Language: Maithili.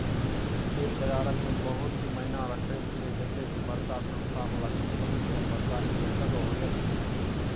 ई शेयर बजारक लेल बहुत ही मायना रखैत छै जते की बड़का संस्था बला कंपनी सब बड़का निवेशक होइत छै